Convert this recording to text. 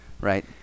Right